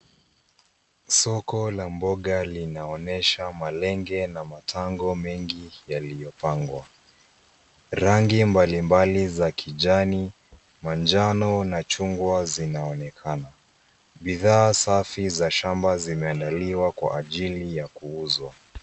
Soko la mboga linaonyesha malenge na matango mengi yaliyopangwa. Rangi mbalimbali za kijani, manjano na chungwa zinaonekana. Bidhaa safi za shamba zimeandaliwa kwa ajili ya kuuzwa.